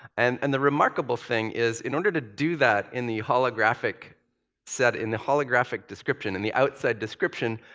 and and the remarkable thing is, in order to do that in the holographic set, in the holographic description, in the outside description,